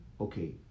okay